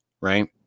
right